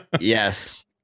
yes